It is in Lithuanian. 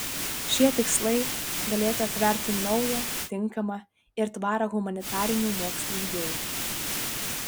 šie tikslai galėtų atverti naują tinkamą ir tvarią humanitarinių mokslų idėją